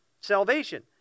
Salvation